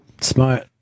Smart